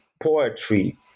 poetry